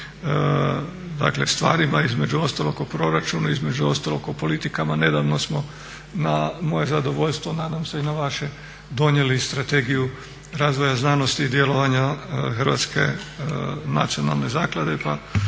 dakle stvarima, između ostalog o proračunu, između ostalog o politikama. Nedavno smo na moje zadovoljstvo, nadam se i na vaše donijeli Strategiju razvoja znanosti i djelovanja Hrvatske nacionalne zaklade pa